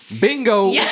Bingo